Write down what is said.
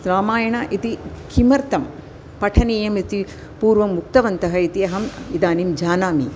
रामायणम् इति किमर्थं पठनीयम् इति पूर्वम् उक्तवन्तः इति अहम् इदानीम् जानामि